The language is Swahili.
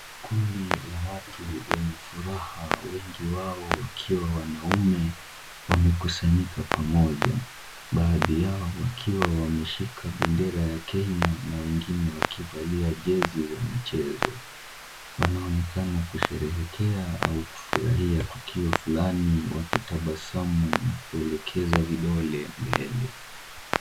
Kundi la watu wenye furaha wengi wao wakiwa wanaume wamekusanyika pamoja, baadhi yao wakiwa wameshika bendera ya Kenya na wengine wakivalia jezi za michezo. Wanaonekana kusherehekea au kufurahia tukio fulani wakitabasamu na kuelekeza vidole mbele.